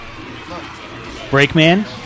Breakman